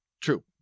true